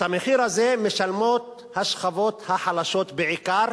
את המחיר הזה משלמות השכבות החלשות, בעיקר,